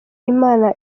imana